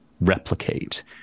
replicate